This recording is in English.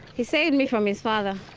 he saved me from his father.